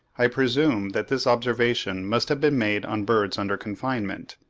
i presume that this observation must have been made on birds under confinement.